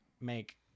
make